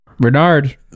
Bernard